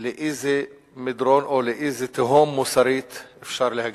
ולא שיוו לאיזה מדרון או לאיזה תהום מוסרית אפשר להגיע.